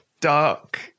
dark